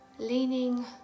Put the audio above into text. leaning